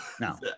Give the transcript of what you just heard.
no